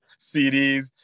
CDs